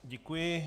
Děkuji.